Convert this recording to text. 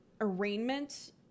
arraignment